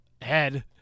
head